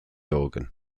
organ